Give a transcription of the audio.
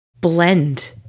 blend